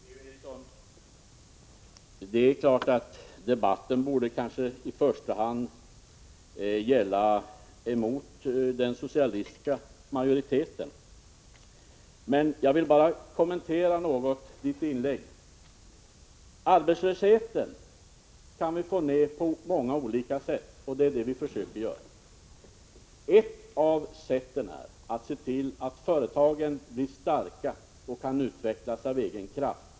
Herr talman! Per-Ola Eriksson, det är klart att debatten i första hand borde handla om att gå emot den socialistiska majoriteten. Men jag vill bara kort kommentera Per-Ola Erikssons inlägg. Arbetslösheten kan vi få ned på många olika sätt. Det är detta vi försöker göra. Ett av sätten är att se till att företagen blir starka och kan utvecklas av egen kraft.